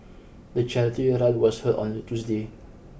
the charity run was held on a Tuesday